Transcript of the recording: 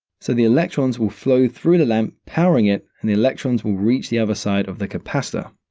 so, the electrons will flow through the lamp, powering it, and the electrons will reach the other side of the capacitor.